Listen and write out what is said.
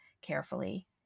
carefully